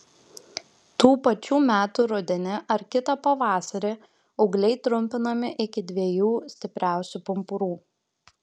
tų pačių metų rudenį ar kitą pavasarį ūgliai trumpinami iki dviejų stipriausių pumpurų